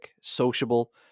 sociable